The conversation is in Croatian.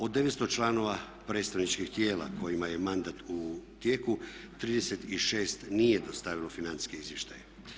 Od 900 članova predstavničkih tijela kojima je mandat u tijeku 36 nije dostavilo financijske izvještaje.